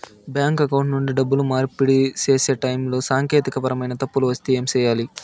bank account నుండి డబ్బులు మార్పిడి సేసే టైములో సాంకేతికపరమైన తప్పులు వస్తే ఏమి సేయాలి